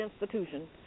institution